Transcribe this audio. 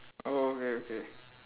oh okay okay